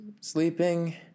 sleeping